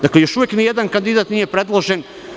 Dakle, još uvek nijedan kandidat nije predložen.